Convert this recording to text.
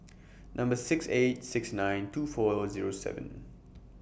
Number six eight six nine two four Zero seven